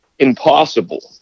impossible